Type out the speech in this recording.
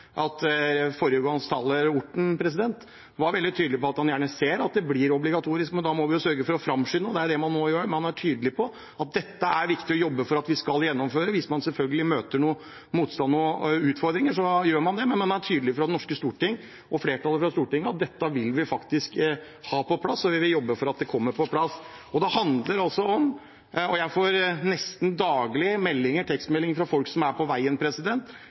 at også foregående taler, representanten Orten, var veldig tydelig på: at han gjerne ser at det blir obligatorisk. Da må vi sørge for å framskynde dette, og det er det man nå gjør – man er tydelig på at dette er det viktig å jobbe for at vi skal gjennomføre. Selvfølgelig – hvis man møter motstand og utfordringer, tar man det, men fra flertallet i det norske storting er man tydelig på at dette vil vi faktisk ha på plass, og vi vil jobbe for at det kommer på plass. Dette handler om det jeg nesten daglig får tekstmeldinger om fra folk som er på veien,